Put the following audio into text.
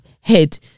head